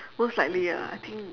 most likely ya I think